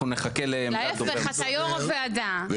אז אני נחכה לעמדת דובר המשרד.